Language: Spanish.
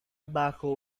bajo